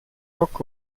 dock